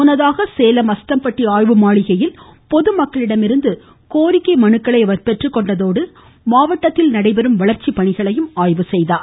முன்னதாக அஸ்தம்பட்டி ஆய்வு மாளிகையில் பொதுமக்களிடமிருந்து கோரிக்கை மனுக்களை அவர் பெற்றுக்கொண்டதோடு மாவட்டத்தில் நடைபெறும் வளர்ச்சிப் பணிகளையும் ஆய்வு செய்தார்